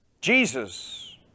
Jesus